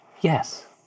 Yes